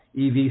EV